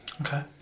Okay